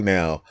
now